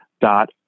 dot